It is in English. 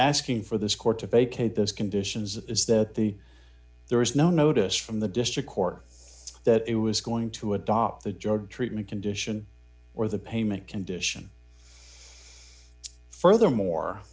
asking for this court to vacate those conditions is that the there is no notice from the district court that it was going to adopt the drug treatment condition or the payment condition furthermore